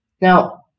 Now